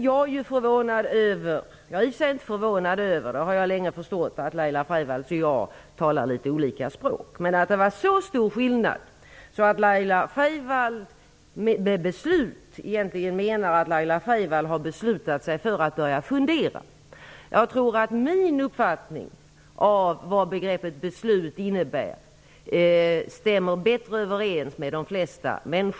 Jag har länge förstått att Laila Freivalds och jag talar skilda språk. Men jag är förvånad över att skillnaden är så stor att Laila Freivalds med ordet beslut menar att Laila Freivalds har beslutat sig för att börja fundera. Jag tror att min uppfattning av vad begreppet beslut innebär stämmer bättre överens med de flesta människors.